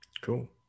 Cool